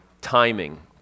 timing